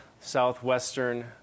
southwestern